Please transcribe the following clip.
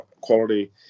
quality